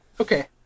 Okay